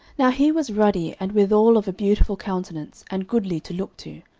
now he was ruddy, and withal of a beautiful countenance, and goodly to look to.